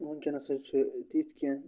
ؤنکینَس حظ چھِ تِتھ کینٛہہ